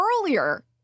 earlier